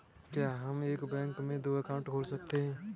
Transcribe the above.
क्या हम एक बैंक में दो अकाउंट खोल सकते हैं?